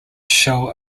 show